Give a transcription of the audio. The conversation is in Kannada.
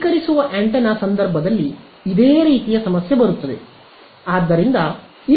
ಸ್ವೀಕರಿಸುವ ಆಂಟೆನಾ ಸಂದರ್ಭದಲ್ಲಿ ಇದೇ ರೀತಿಯ ಸಮಸ್ಯೆ ಬರುತ್ತದೆ